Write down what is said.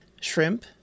shrimp